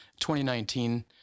2019